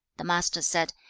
the master said,